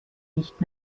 nicht